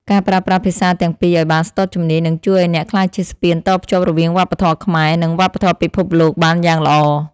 ការប្រើប្រាស់ភាសាទាំងពីរឱ្យបានស្ទាត់ជំនាញនឹងជួយឱ្យអ្នកក្លាយជាស្ពានតភ្ជាប់រវាងវប្បធម៌ខ្មែរ និងវប្បធម៌ពិភពលោកបានយ៉ាងល្អ។